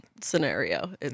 scenario